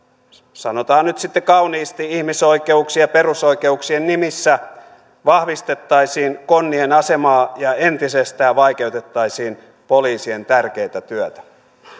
sanotaan nyt sitten kauniisti ihmisoikeuksien ja perusoikeuksien nimissä vahvistettaisiin konnien asemaa ja entisestään vaikeutettaisiin poliisien tärkeää työtä